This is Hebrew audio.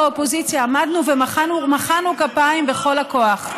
ורק אנחנו באופוזיציה עמדנו ומחאנו כפיים בכל הכוח.